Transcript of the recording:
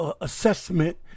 assessment